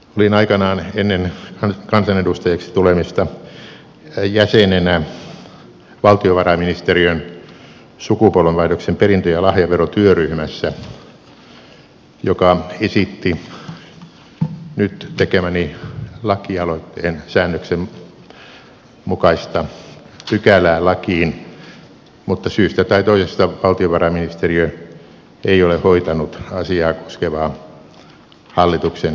olin aikanaan ennen kansanedustajaksi tulemista jäsenenä valtiovarainministeriön sukupolvenvaihdoksen perintö ja lahjaverotyöryhmässä joka esitti nyt tekemäni lakialoitteen säännöksen mukaista pykälää lakiin mutta syystä tai toisesta valtiovarainministeriö ei ole hoitanut asiaa koskevaa hallituksen esitystä